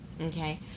Okay